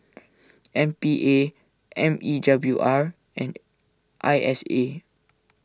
M P A M E W R and I S A